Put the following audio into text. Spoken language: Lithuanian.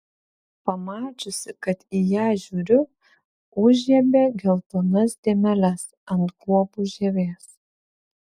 pamačiusi kad į ją žiūriu užžiebė geltonas dėmeles ant guobų žievės